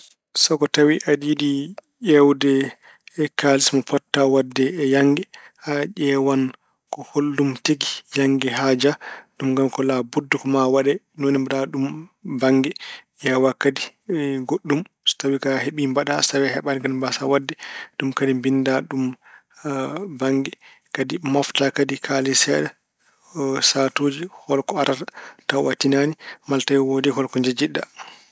So ko tawi aɗa yiɗi ƴeewde kaalis mo potata waɗde e yannge, a ƴeewan ko hollum tigi yannge haaja, ɗum kam ko laabudda ko maa waɗe, ni woni mbaɗa ɗum bannge. Ƴeewa kadi goɗɗum so tawi a heɓi mbaɗa so tawi a heɓaani kadi mbaasaa waɗde ɗum kadi mbinnda bannge. Kadi moofta kadi kaalis seeɗa, sahaatuji hol ko arata taw a tinaani malla tawi woodi hol ko njejjitɗa.